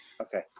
Okay